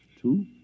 Two